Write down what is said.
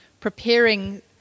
preparing